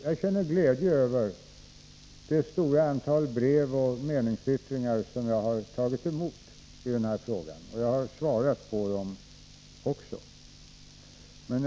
Jag känner glädje över det stora antal brev och meningsyttringar som jag har tagit emot. Jag har också svarat på dem.